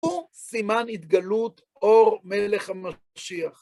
הוא סימן התגלות אור מלך המשיח.